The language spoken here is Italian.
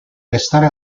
restare